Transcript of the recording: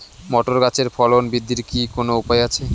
Motor গাছের ফলন বৃদ্ধির কি কোনো উপায় আছে?